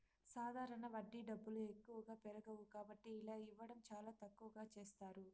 సాధారణ వడ్డీ డబ్బులు ఎక్కువగా పెరగవు కాబట్టి ఇలా ఇవ్వడం చాలా తక్కువగా చేస్తారు